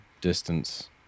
distance